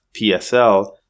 PSL